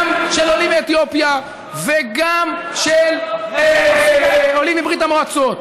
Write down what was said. גם של עולים מאתיופיה וגם של עולים מברית המועצות.